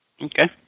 Okay